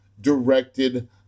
directed